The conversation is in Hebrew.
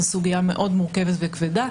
זאת סוגייה מאוד מורכבת וכבדה.